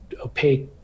opaque